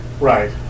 Right